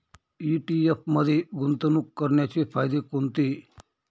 ETF मध्ये गुंतवणूक करण्याचे फायदे कोणते?